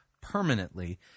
permanently